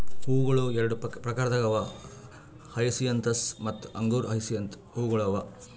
ಹೂವುಗೊಳ್ ಎರಡು ಪ್ರಕಾರದಾಗ್ ಅವಾ ಹಯಸಿಂತಸ್ ಮತ್ತ ಅಂಗುರ ಹಯಸಿಂತ್ ಹೂವುಗೊಳ್ ಅವಾ